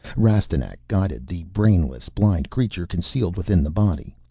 rastignac guided the brainless, blind creature concealed within the body.